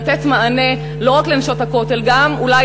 לתת מענה לא רק ל"נשות הכותל" גם אולי